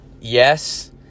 Yes